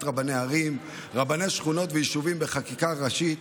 רבני הערים ורבני השכונות והיישובים בחקיקה ראשית,